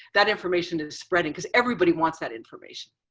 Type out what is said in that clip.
that information is spreading cause everybody wants that information.